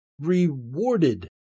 rewarded